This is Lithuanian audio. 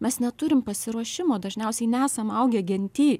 mes neturim pasiruošimo dažniausiai nesam augę genty